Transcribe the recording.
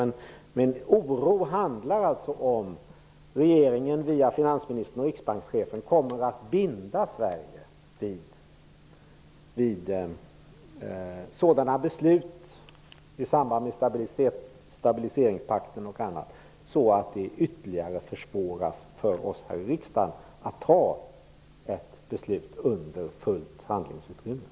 Men min oro handlar om att regeringen via finansministern och riksbankschefen kommer att binda Sverige vid sådana beslut, t.ex. i samband med stabiliseringspakten, att det ytterligare försvåras för oss här i riksdagen att fatta något beslut under fullt handlingsutrymme.